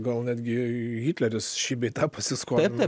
gal netgi hitleris šį bei tą pasiskolino